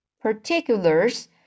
particulars